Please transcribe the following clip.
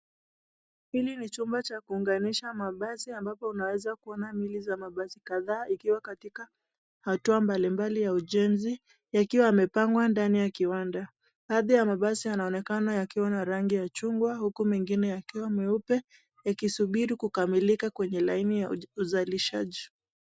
Hili ni chumba cha kuunganisha mabasi ambapo unaweza kuona miili za mabasi kadhaa ikiwa katika hatua mbalimbali ya ujenzi, yakiwa yamepangwa ndani ya kiwanda baadhi ya mabasi yanaonekana yakiwa na rangi ya chungwa ,huku mengine yakiwa meupe ikisuburi kukamilika kwenye laini ya uzalishaji.